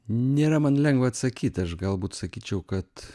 nėra man lengva atsakyti aš galbūt sakyčiau kad